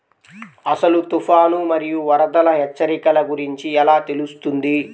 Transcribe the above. అసలు తుఫాను మరియు వరదల హెచ్చరికల గురించి ఎలా తెలుస్తుంది?